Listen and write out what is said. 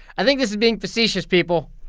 i think this is being facetious, people